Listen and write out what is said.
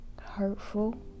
hurtful